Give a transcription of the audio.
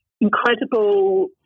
incredible